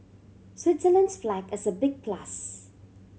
Switzerland's flag is a big plus